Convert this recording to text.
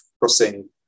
crossing